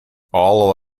all